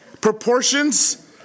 proportions